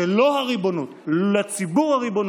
אז מי צריך, שלו הריבונות, לציבור הריבונות.